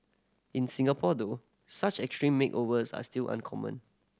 in Singapore though such extreme makeovers are still uncommon